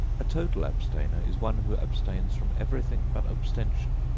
a total abstainer is one who abstains from everything but abstention,